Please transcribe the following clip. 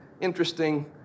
interesting